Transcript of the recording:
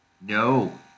no